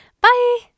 Bye